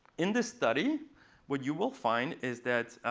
in this study what you will find is that